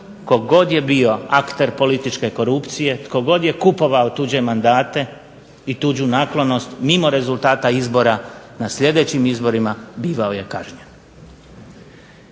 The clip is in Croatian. tko god je bio akter političke korupcije, tko god je kupovao tuđe mandate i tuđu naklonost mimo rezultata izbora na sljedećim izborima bivao je kažnjen.